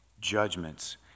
judgments